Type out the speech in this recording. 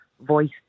voice